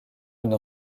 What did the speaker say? une